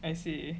I see